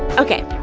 ok,